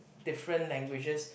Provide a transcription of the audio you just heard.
different languages